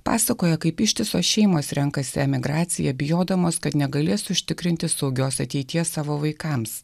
pasakoja kaip ištisos šeimos renkasi emigraciją bijodamos kad negalės užtikrinti saugios ateities savo vaikams